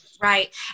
Right